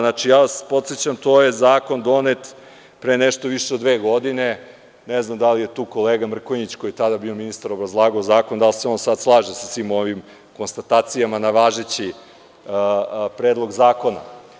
Znači, ja vas podsećam, zakon je donet pre nešto više od dve godine, ne znam da li je tu kolega Mrkonjić koji je tada bio ministar, obrazlagao zakon, da li se on sada slaže sa svim ovim konstatacijama na važeći predlog zakona.